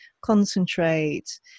concentrate